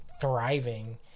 thriving